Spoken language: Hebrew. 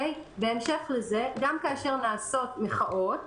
בהמשך לזה, גם כאשר נעשות מחאות